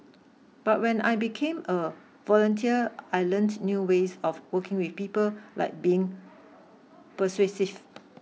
but when I became a volunteer I learnt new ways of working with people like being persuasive